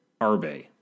Arbe